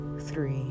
three